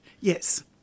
yes